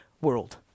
world